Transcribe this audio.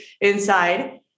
inside